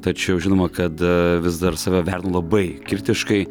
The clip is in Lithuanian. tačiau žinoma kad vis dar save vertinu labai kritiškai